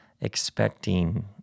expecting